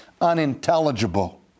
unintelligible